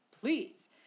Please